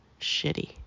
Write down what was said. shitty